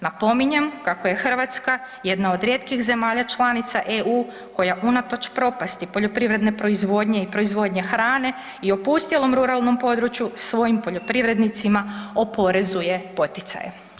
Napominjem, kako je Hrvatska jedna od rijetkih zemalja članica EU koja unatoč propasti poljoprivredne proizvodnje i proizvodnje hrane i opustjelom ruralnom području svojim poljoprivrednicima oporezuje poticaje.